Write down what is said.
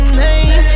name